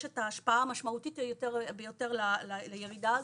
את ההשפעה המשמעותית ביותר לירידה הזאת,